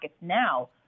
now